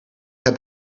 heb